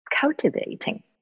cultivating